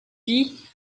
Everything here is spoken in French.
pie